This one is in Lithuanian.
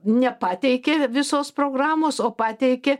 nepateikė visos programos o pateikė